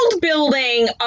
building